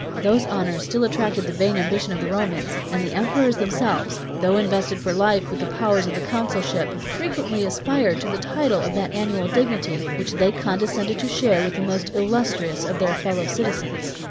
those honors still attracted the vain ambition of the romans and the emperors themselves, though invested for life with the powers of the consulship, frequently aspired to the title of that annual dignity, which they condescended to share with the most illustrious of their fellow-citizens.